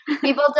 People